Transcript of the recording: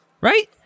right